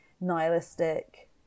nihilistic